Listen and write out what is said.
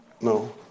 No